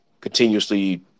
continuously